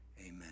Amen